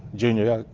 junior,